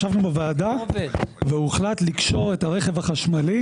ישבנו בוועדה, והוחלט לקשור את הרכב החשמלי,